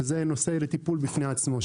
שזה נושא לטיפול בפני עצמו,